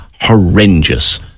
horrendous